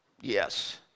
Yes